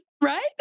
Right